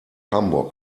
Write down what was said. hamburg